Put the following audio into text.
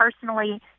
personally